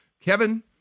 Kevin